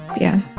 yeah